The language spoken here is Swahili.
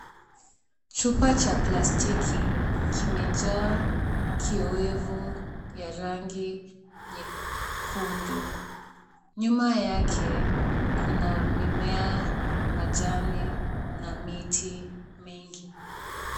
Chupa cha plastiki kimejaa kioevu ya rangi nyekundu. Nyuma yake kuna mimea, majani na miti mengi.